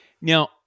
Now